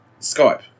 Skype